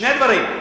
שני דברים.